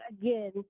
again